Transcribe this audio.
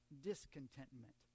discontentment